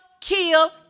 kill